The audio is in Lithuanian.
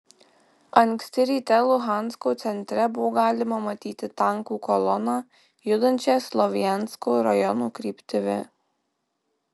anksti ryte luhansko centre buvo galima matyti tankų koloną judančią slovjansko rajono kryptimi